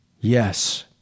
Yes